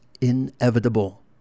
inevitable